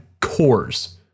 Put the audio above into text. cores